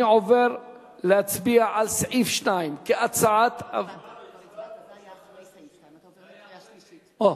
אני עובר להצביע על סעיף 2. זה היה אחרי סעיף 2. אוקיי.